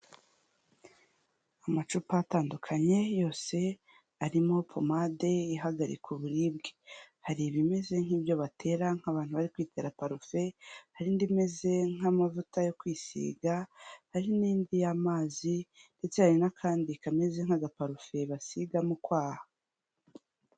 Amacupa atandukanye, yose arimo pomade ihagarika uburibwe. Hari ibimeze nk'ibyo batera nk'abantu bari kwiterara parufe, hari indi imeze nk'amavuta yo kwisiga, hari n'indi y'amazi ndetse hari n'akandi kameze nk'agaparufe basiga mu kwaha.